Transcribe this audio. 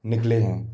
निकले हैं